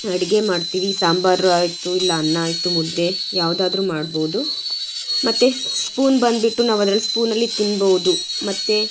ಅಡುಗೆ ಮಾಡ್ತೀವಿ ಸಾಂಬಾರು ಆಯಿತು ಇಲ್ಲ ಅನ್ನ ಆಯಿತು ಮುದ್ದೆ ಯಾವ್ದಾದರೂ ಮಾಡ್ಬೌದು ಮತ್ತು ಸ್ಪೂನ್ ಬಂದುಬಿಟ್ಟು ನಾವು ಅದ್ರಲ್ಲಿ ಸ್ಪೂನಲ್ಲಿ ತಿನ್ಬೌದು ಮತ್ತು